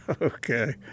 Okay